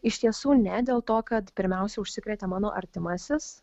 iš tiesų ne dėl to kad pirmiausia užsikrėtė mano artimasis